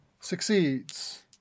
succeeds